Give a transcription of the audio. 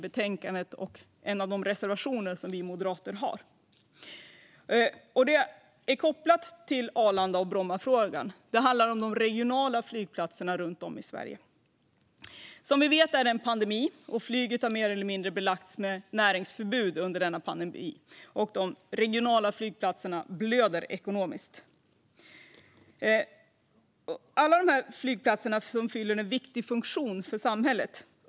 Det handlar om Sveriges regionala flygplatser, och det finns en koppling till frågan om Bromma och Arlanda. Som vi vet har flyget mer eller mindre belagts med näringsförbud under pandemin, och de regionala flygplatserna blöder ekonomiskt. Alla dessa flygplatser fyller en viktig funktion för samhället.